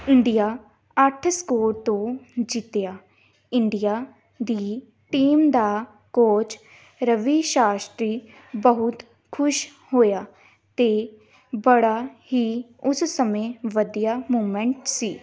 India ਅੱਠ score ਤੋਂ ਜਿੱਤਿਆ ਇੰਡੀਆ ਦੀ ਟੀਮ ਦਾ ਕੋਚ ਰਵੀ ਸ਼ਾਸਤਰੀ ਬਹੁਤ ਖੁਸ਼ ਹੋਇਆ ਅਤੇ ਬੜਾ ਹੀ ਉਸ ਸਮੇਂ ਵਧੀਆ ਮੂਮੈਂਟ ਸੀ